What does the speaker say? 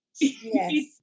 Yes